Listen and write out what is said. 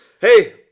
hey